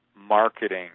marketing